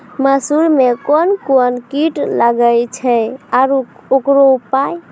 मसूर मे कोन कोन कीट लागेय छैय आरु उकरो उपाय?